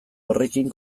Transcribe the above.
horrekin